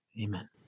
Amen